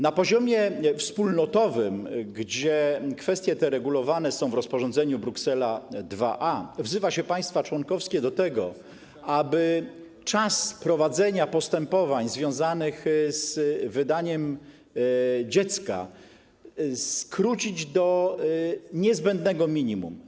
Na poziomie wspólnotowym, gdzie kwestie te regulowane są w rozporządzeniu Bruksela IIa, wzywa się państwa członkowskie do tego, aby czas prowadzenia postępowań związanych z wydaniem dziecka skrócić do niezbędnego minimum.